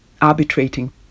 arbitrating